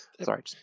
Sorry